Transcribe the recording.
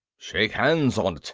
shake hands on't,